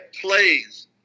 plays